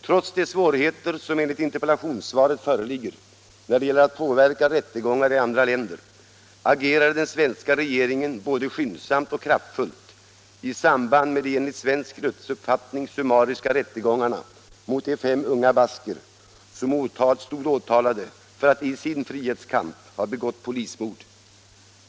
Trots de svårigheter som enligt interpellationssvaret föreligger när det gäller att påverka rättegångar i andra länder agerade den svenska regeringen både skyndsamt och kraftfullt i samband med de enligt svensk rättsuppfattning summariska rättegångarna mot de fem unga basker som stod åtalade för att i sin frihetskamp ha begått polismord.